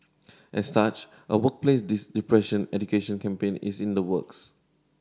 as such a workplace depression education campaign is in the works